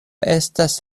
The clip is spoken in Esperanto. estas